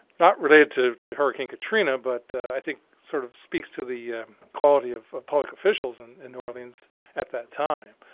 not related to hurricane katrina, but i think sort of speaks to the quality of of public officials and in new orleans at that time.